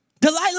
delilah